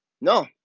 No